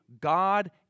God